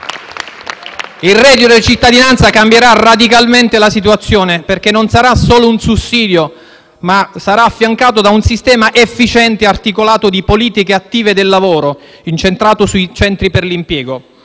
Il reddito di cittadinanza cambierà radicalmente la situazione, perché non sarà solo un sussidio, ma verrà affiancato da un sistema efficiente e articolato di politiche attive del lavoro, incentrato sui centri per l'impiego.